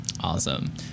Awesome